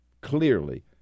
clearly